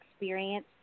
experience